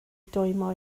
dwymo